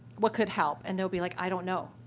what could help and they'll be, like, i don't know.